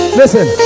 listen